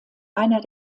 einer